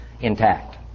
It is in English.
intact